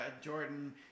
Jordan